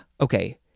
Okay